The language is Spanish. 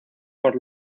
por